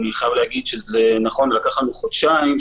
אני חייב להגיד שזה לקח לנו חודשיים,